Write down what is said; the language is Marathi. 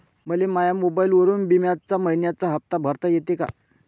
मले माया फोनवरून बिम्याचा मइन्याचा हप्ता भरता येते का?